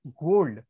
gold